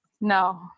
No